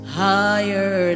higher